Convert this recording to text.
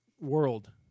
world